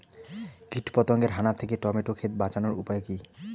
কীটপতঙ্গের হানা থেকে টমেটো ক্ষেত বাঁচানোর উপায় কি?